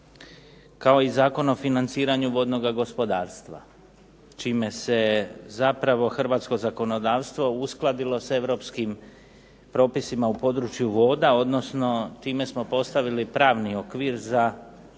kao i Zakon o financiranju vodnoga gospodarstva čime se zapravo hrvatsko zakonodavstvo uskladilo s europskim propisima u području voda, odnosno time se postavili pravni okvir za prijenos